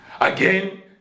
Again